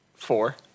Four